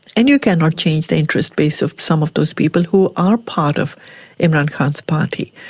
and you cannot change the interest base of some of those people who are part of imran khan's party.